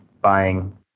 buying